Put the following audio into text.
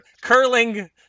curling